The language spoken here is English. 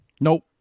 Nope